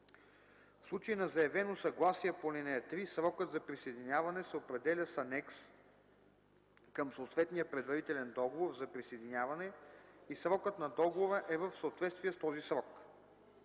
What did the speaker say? В случай на заявено съгласие по ал. 3 срокът за присъединяване се определя с анекс към съответния предварителен договор за присъединяване и срокът на договора е в съответствие с този срок.